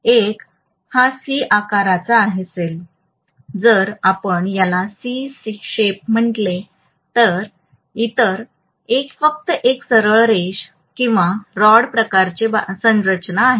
1 हा सी आकाराचा असेल जर आपण याला सी शेप म्हटले तर इतर एक फक्त एक सरळ रेष किंवा रॉड प्रकारचे बांधकाम आहे